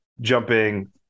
jumping